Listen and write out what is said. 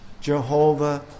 Jehovah